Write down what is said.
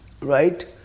Right